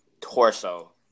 torso